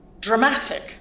dramatic